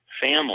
family